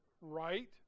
right